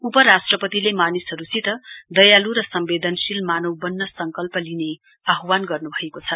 उपराष्ट्रपतिले मानिसहरूसित दयालू र संवेदनशील मानव बन्न सङ्कल्प लिने आह्वान गर्न भएको छ